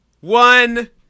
one